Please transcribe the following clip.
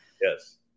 Yes